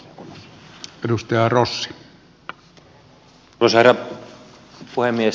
arvoisa herra puhemies